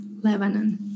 Lebanon